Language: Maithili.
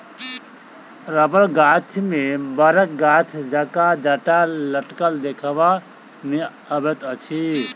रबड़ गाछ मे बड़क गाछ जकाँ जटा लटकल देखबा मे अबैत अछि